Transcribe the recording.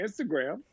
Instagram